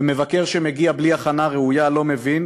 ומבקר שמגיע בלי הכנה ראויה לא מבין